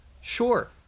Sure